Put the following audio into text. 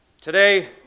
Today